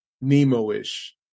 nemo-ish